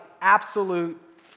absolute